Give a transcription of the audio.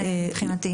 מבחינתי.